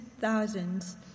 thousands